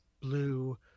blue